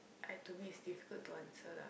I to me is difficult to answer lah